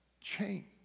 change